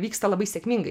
vyksta labai sėkmingai